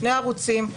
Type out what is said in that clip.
שני הערוצים,